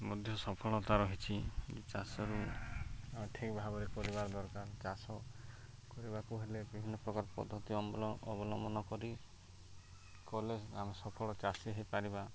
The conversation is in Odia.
ମଧ୍ୟ ସଫଳତା ରହିଛି ଚାଷରୁ ଆମେ ଠିକ୍ ଭାବରେ କରିବା ଦରକାର ଚାଷ କରିବାକୁ ହେଲେ ବିଭିନ୍ନ ପ୍ରକାର ପଦ୍ଧତି ଅବଲମ୍ବନ କରି କଲେ ଆମେ ସଫଳ ଚାଷୀ ହେଇପାରିବା